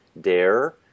dare